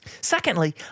Secondly